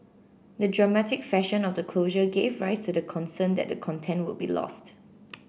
the dramatic fashion of the closure gave rise to the concern that the content would be lost